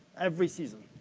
every season.